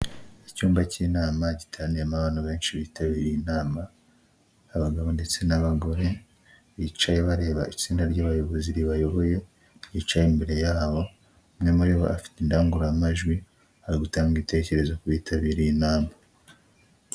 Icyumba cy'inama giteyemo abantu benshi bitabiriye inama, abagabo ndetse n'abagore bicaye bareba itsinda ry'abayobozi ribayoboye ryicaye imbere yabo, umwe muri bo afite indangururamajwi ari gutanga ibitekerezo ku bitabiriye inama.